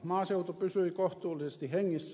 maaseutu pysyi kohtuullisesti hengissä